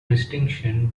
distinction